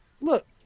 look